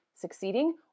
succeeding